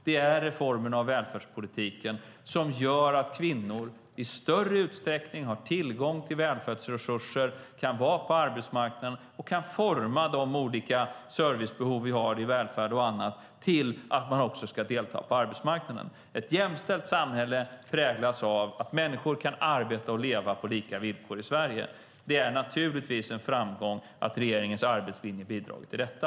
Det är reformerna och välfärdspolitiken som gör att kvinnor i större utsträckning har tillgång till välfärdsresurser, kan vara på arbetsmarknaden och kan forma de olika servicebehov som vi har i välfärden och annat till att man också ska delta på arbetsmarknaden. Ett jämställt samhälle präglas av att människor kan arbeta och leva på lika villkor i Sverige. Det är naturligtvis en framgång att regeringens arbetslinje har bidragit till detta.